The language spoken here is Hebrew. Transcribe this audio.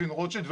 מרופין רוטשילד,